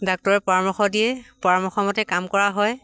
ডাক্তৰে পৰামৰ্শ দিয়ে পৰামৰ্শমতে কাম কৰা হয়